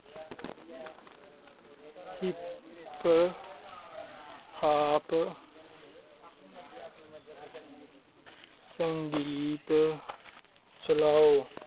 hip hop संगीत चलाओ